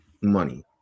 money